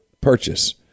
purchase